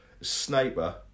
Sniper